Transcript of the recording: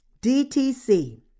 DTC